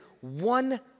one